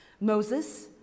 Moses